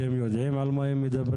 כאלה שיודעים על מה הם מדברים,